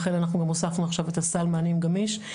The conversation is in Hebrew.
לכן אנחנו הוספנו עכשיו את הסל מענים גמיש.